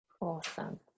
Awesome